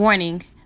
Warning